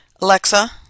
Alexa